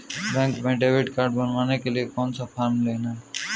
Bank में debit card बनवाने के लिए कौन सा फॉर्म लेना है?